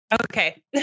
Okay